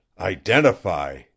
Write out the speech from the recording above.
Identify